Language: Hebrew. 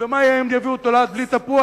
ומה יהיה אם יביאו תולעת בלי תפוח.